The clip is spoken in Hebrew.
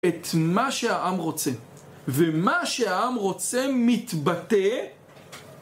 את מה שהעם רוצה ומה שהעם רוצה מתבטא